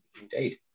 Indeed